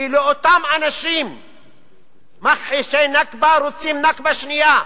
כי אותם אנשים מכחישי "נכבה" רוצים "נכבה" שנייה,